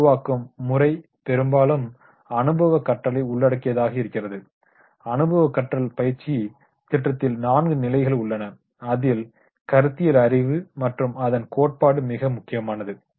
குழு உருவாக்கும் முறை பெரும்பாலும் அனுபவ கற்றலை உள்ளடக்கியதாக இருக்கிறது அனுபவ கற்றல் பயிற்சித் திட்டத்தில் நான்கு நிலைகள் உள்ளன அதில் கருத்தியல் அறிவு மற்றும் அதன் கோட்பாடு மிக முக்கியமானது